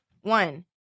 One